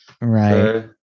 Right